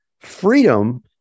Freedom